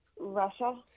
Russia